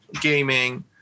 gaming